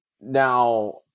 Now